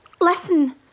Listen